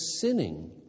sinning